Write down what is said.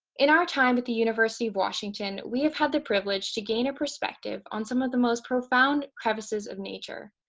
in our time at the university of washington, we have had the privilege to gain a perspective on some of the most profound crevices of nature.